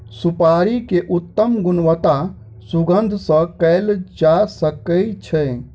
सुपाड़ी के उत्तम गुणवत्ता सुगंध सॅ कयल जा सकै छै